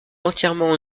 entièrement